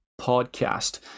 podcast